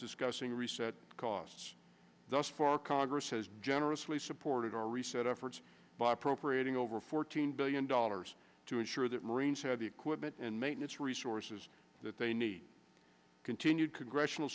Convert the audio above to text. discussing reset costs thus far congress has generously supported our reset efforts by appropriating over fourteen billion dollars to ensure that marines have the equipment and maintenance resources that they need continued congressional